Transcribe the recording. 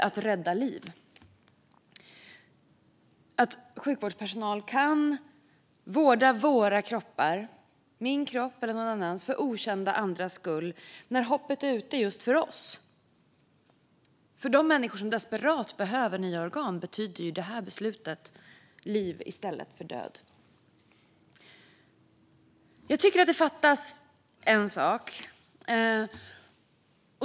Att sjukvårdspersonal kan vårda våra kroppar - min kropp eller någon annans - för okända andras skull när hoppet är ute för just oss kommer att rädda liv. För de människor som desperat behöver nya organ betyder det här beslutet liv i stället för död. Jag tycker att det fattas en sak.